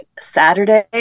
saturday